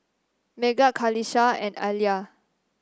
Megat Qalisha and Alya